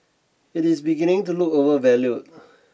it is beginning to look overvalued